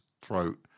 throat